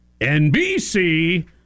NBC